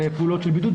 פעולות של בידוד,